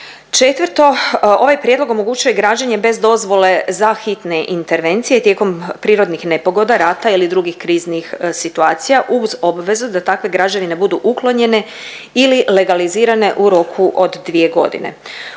Četvrto, ovaj prijedlog omogućuje građenje bez dozvole za hitne intervencije i tijekom prirodnih nepogoda, rata ili drugih kriznih situacija uz obvezu da takve građevine budu uklonjene ili legalizirane u roku od dvije godine.